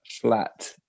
flat